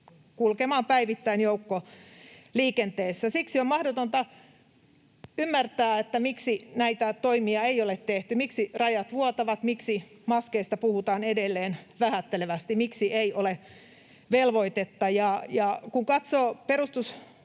kulkemaan päivittäin joukkoliikenteessä. Siksi on mahdotonta ymmärtää, miksi näitä toimia ei ole tehty, miksi rajat vuotavat, miksi maskeista puhutaan edelleen vähättelevästi, miksi ei ole velvoitetta. Kun katsoo perustuslakia